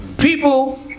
People